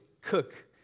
cook